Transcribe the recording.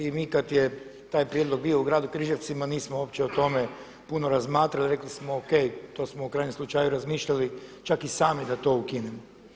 I mi kad je taj prijedlog bio u Gradu Križevcima nismo uopće o tome puno razmatrali, rekli smo ok to smo u krajnjem slučaju razmišljali čak i sami da to ukinemo.